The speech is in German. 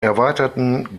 erweiterten